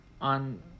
on